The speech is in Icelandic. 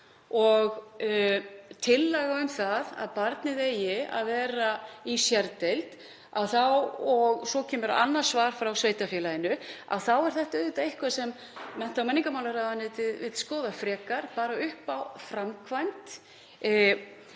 og tillaga um að barnið eigi að vera í sérdeild en svo kemur annað svar frá sveitarfélaginu. Þetta er auðvitað eitthvað sem mennta- og menningarmálaráðuneytið vill skoða frekar, bara upp á framkvæmd